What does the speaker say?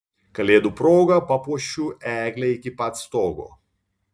kalėdų proga papuošiu eglę iki pat stogo